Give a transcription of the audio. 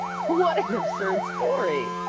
what an absurd story!